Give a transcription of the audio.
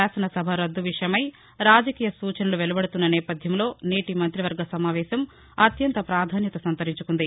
శాసన సభ రద్దు విషయమై రాజకీయ సూచనలు వెలువడుతున్న నేపథ్యంలో నేటి మంత్రి వర్గ సమావేశం అత్యంత ప్రాధాన్యత సంతరించుకుంది